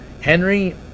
Henry